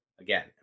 Again